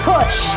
Push